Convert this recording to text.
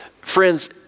Friends